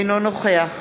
אינו נוכח